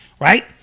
right